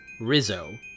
Rizzo